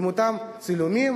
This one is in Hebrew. עם אותם צילומים,